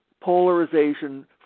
polarization